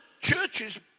churches